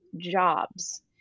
jobs